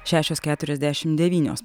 šešios keturiasdešimt devynios